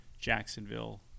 Jacksonville